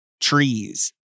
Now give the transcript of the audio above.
trees